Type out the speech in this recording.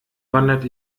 wandert